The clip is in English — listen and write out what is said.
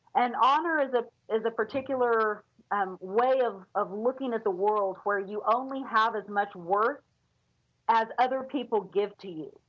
and honor is ah a particular um way of of looking at the world where you only have as much worth as other people give to you.